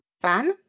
fan